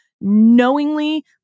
knowingly